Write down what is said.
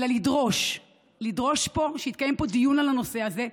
אלא לדרוש שיתקיים פה דיון על הנושא הזה,